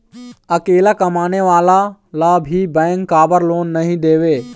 अकेला कमाने वाला ला भी बैंक काबर लोन नहीं देवे?